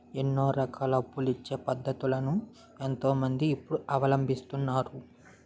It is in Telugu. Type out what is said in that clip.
ఎన్నో రకాల అప్పులిచ్చే పద్ధతులను ఎంతో మంది ఇప్పుడు అవలంబిస్తున్నారు